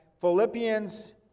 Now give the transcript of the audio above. Philippians